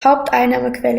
haupteinnahmequelle